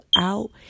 out